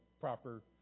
proper